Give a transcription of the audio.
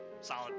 solid